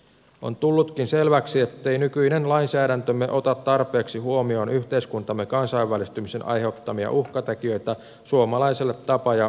on tullutkin selväksi ettei nykyinen lainsäädäntömme ota tarpeeksi huomioon yhteiskuntamme kansainvälistymisen aiheuttamia uhkatekijöitä suomalaiselle tapa ja oikeuskulttuurille